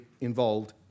involved